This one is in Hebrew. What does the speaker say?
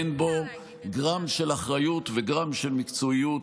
ואין בו גרם של אחריות וגרם של מקצועיות,